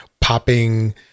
popping